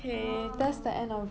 oh